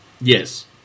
Yes